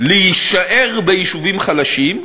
להישאר ביישובים חלשים,